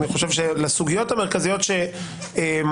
אני חושב שנגענו בסוגיות המרכזיות שמונעות,